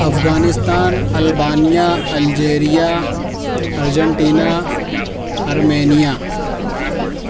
Afghanistan Albania Algeria Argentina Armenia